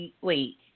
wait